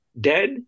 dead